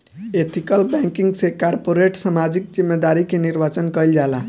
ethical banking से corporate सामाजिक जिम्मेदारी के निर्वाचन कईल जाला